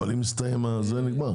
אבל זה הסתיים ונגמר.